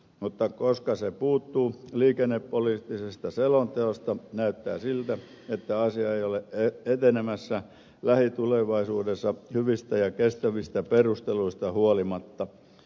mutta koska se puuttuu liikennepoliittisesta selonteosta näyttää siltä että asia ei ole etenemässä lähitulevaisuudessa hyvistä ja kestävistä perusteluista huolimatta